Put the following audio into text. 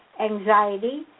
anxiety